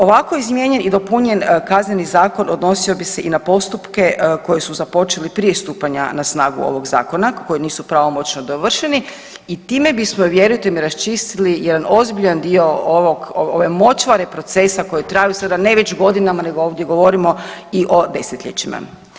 Ovako izmijenjen i dopunjen Kazneni zakon odnosio bi se i na postupke koji su započeli prije stupanja na snagu ovog zakona koji nisu pravomoćno dovršeni i time bismo vjerujte mi raščistili jedan ozbiljan dio ovog, ove močvare procesa koji traju sada ne već godinama nego ovdje govorimo i o desetljećima.